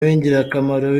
w’ingirakamaro